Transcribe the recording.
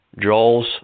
Joel's